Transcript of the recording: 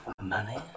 Money